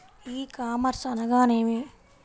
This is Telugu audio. ఈ కామర్స్ అనగా నేమి?